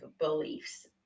beliefs